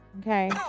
okay